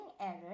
error